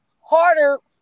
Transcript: harder